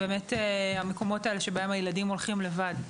אלה המקומות האלה שבהם הילדים הולכים לבד.